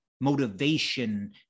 motivation